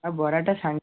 ଆଉ ବରାଟା ସାଙ୍ଗ